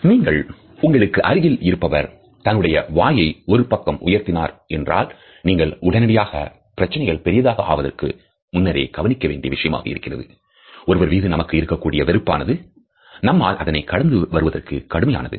நீங்கள் உங்களுக்கு அருகில் இருப்பவர் தன்னுடைய வாயை ஒரு பக்கம் உயர்த்தினார் என்றால் நீங்கள் உடனடியாக பிரச்சினைகள் பெரிதாக ஆவதற்கு முன்னரே கவனிக்க வேண்டிய விஷயம் இருக்கின்றது ஒருவர் மீது நமக்கு இருக்கக்கூடிய வெறுப்பானது நம்மால் அதனை கடந்து வருவதற்கு கடுமையானது